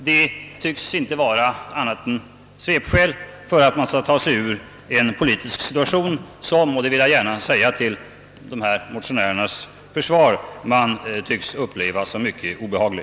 Det tycks inte vara annat än svepskäl för att man skall kunna ta sig ur en politisk situation som man — det vill jag gärna säga till dessa motionärers försvar — tycks uppleva som mycket obehaglig.